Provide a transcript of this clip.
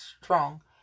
strong